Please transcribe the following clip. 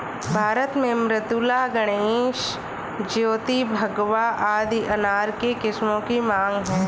भारत में मृदुला, गणेश, ज्योति, भगवा आदि अनार के किस्मों की मांग है